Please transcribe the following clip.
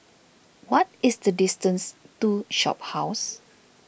what is the distance to Shophouse